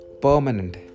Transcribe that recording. permanent